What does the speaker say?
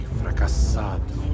fracassado